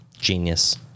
Genius